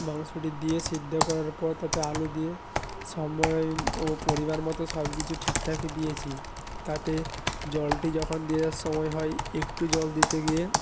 মাংসটি দিয়ে সিদ্ধ করার পর তাতে আলু দিয়ে সময় ও পরিমাণ মতো সব কিছু ঠিকঠাকই দিয়েছি তাতে জলটি যখন দেওয়ার সময় হয় একটু জল দিতে গিয়ে